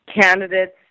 candidates